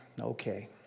okay